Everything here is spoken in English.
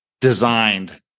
designed